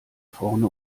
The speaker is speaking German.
vorne